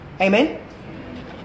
Amen